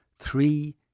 Three